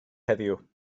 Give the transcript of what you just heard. heddiw